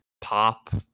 pop